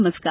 नमस्कार